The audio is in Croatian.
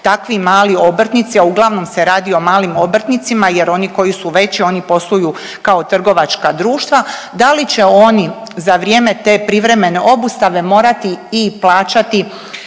takvi mali obrtnici, a uglavnom se radi o malim obrtnicima jer oni koji su veći oni posluju kao trgovačka društva da li će oni za vrijeme te privremene obustave morati i plaćati